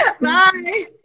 Bye